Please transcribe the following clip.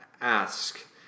ask